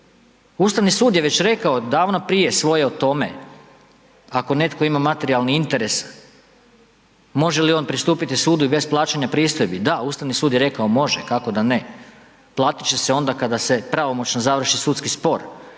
Ustavni sud je već rekao davno prije svoje o tome, ako netko ima materijalni interes, može li on pristupiti Sudu i bez plaćanja pristojbi?, da, Ustavni sud je rekao može, kako da ne, platit će se onda kada se pravomoćno završi sudski spor,